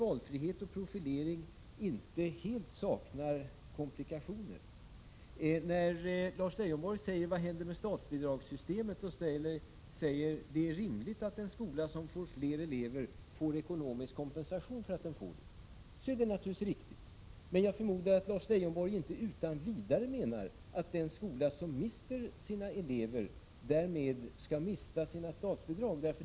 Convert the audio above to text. Valfrihet och profilering saknar inte helt komplikationer. Lars Leijonborg frågar vad som händer med statsbidragssystemet. Han säger att det är rimligt att en skola som får fler elever får ekonomisk kompensation för detta. Det är naturligtvis riktigt. Men jag förmodar att Lars Leijonborg inte menar att den skola som mister sina elever därmed utan vidare skall mista sina statsbidrag.